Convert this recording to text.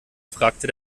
fragte